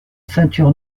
ceinture